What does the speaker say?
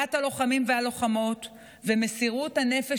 גבורת הלוחמים והלוחמות ומסירות הנפש